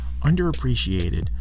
underappreciated